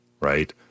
right